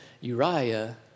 Uriah